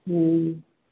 हूँ